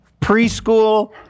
preschool